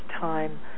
time